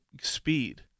speed